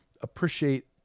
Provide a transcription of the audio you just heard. appreciate